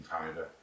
Canada